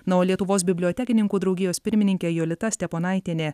na o lietuvos bibliotekininkų draugijos pirmininkė jolita steponaitienė